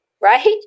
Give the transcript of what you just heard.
right